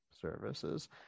services